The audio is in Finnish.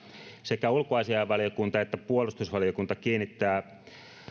sekä ulkoasiainvaliokunta että puolustusvaliokunta kiinnittävät